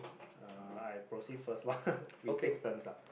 uh I proceed first lor we take turns lah